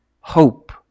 hope